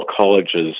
College's